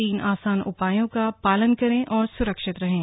तीन आसान उपायों का पालन करें और सुरक्षित रहें